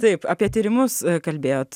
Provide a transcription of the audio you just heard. taip apie tyrimus kalbėjot